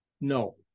No